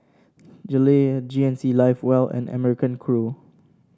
Gillette G N C Live Well and American Crew